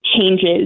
Changes